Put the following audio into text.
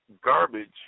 garbage